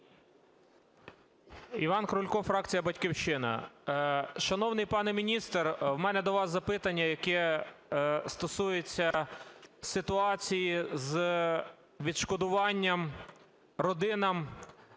Іван Крулько, фракція "Батьківщина". Шановний пане міністре, у мене до вас запитання, яке стосується ситуації з відшкодуванням родинам